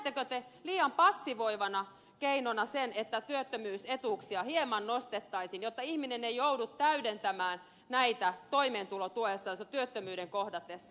näettekö te liian passivoivana keinona sen että työttömyysetuuksia hieman nostettaisiin jotta ihminen ei joudu täydentämään näitä toimeentulotuella työttömyyden kohdatessa